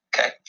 Okay